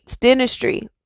dentistry